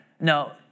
No